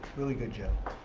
really good job.